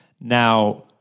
Now